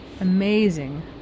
amazing